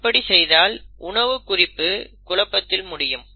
அப்படி செய்தால் உணவு குறிப்பு குழப்பத்தில் முடியும்